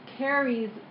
carries